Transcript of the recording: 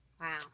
Wow